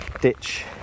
ditch